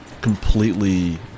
completely